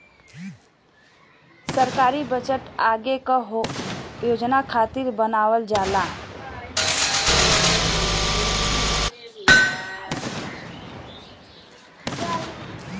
सरकारी बजट आगे के योजना खातिर बनावल जाला